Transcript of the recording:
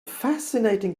fascinating